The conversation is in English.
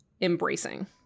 embracing